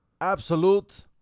Absolute